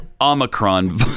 Omicron